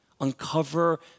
Uncover